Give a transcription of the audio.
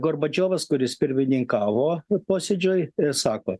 gorbačiovas kuris pirmininkavo posėdžiui ir sako